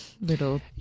little